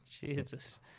Jesus